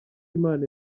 imana